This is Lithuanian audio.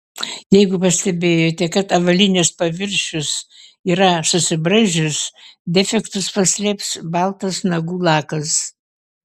jeigu pastebėjote kad avalynės paviršius yra susibraižęs defektus paslėps baltas nagų lakas